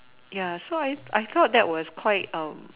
ya so I I thought that was quite